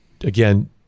again